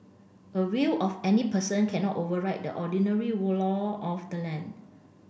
a will of any person cannot override the ordinary law of the land